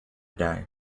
die